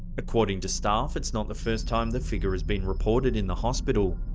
according to staff, it's not the first time the figure has been reported in the hospital.